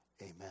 amen